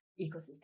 ecosystem